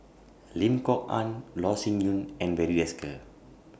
Lim Kok Ann Loh Sin Yun and Barry Desker